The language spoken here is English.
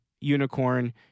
Unicorn